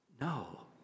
No